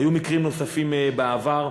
היו מקרים נוספים בעבר.